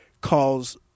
calls